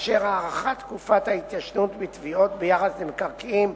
אשר הארכת תקופת ההתיישנות בתביעות ביחס למקרקעין,